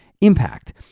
impact